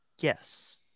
Yes